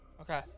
Okay